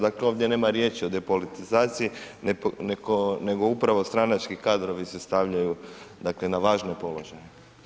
Dakle, ovdje nema riječi o depolitizaciji nego upravo stranački kadrovi se stavljaju dakle na važne položaje.